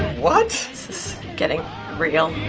what getting real.